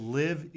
live